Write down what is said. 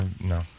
No